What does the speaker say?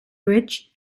bridge